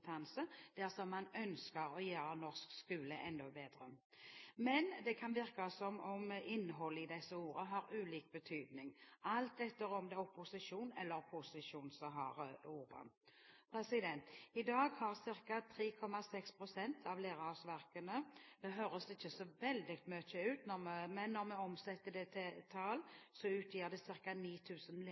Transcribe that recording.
man ønsker å gjøre norsk skole enda bedre. Men det kan virke som om innholdet i disse ordene har ulik betydning – alt etter om det er opposisjonen eller posisjonen som har ordet. I dag mangler ca. 3,6 pst. av lærerårsverkene undervisningskompetanse for trinnene de underviser i. Det høres ikke så veldig mye ut, men når vi omsetter dette i tall, utgjør det